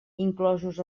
inclosos